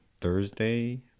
Thursday